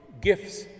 gifts